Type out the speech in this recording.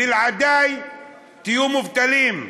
בלעדיי תהיו מובטלים.